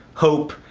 hope,